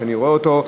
מי שאני רואה אותו.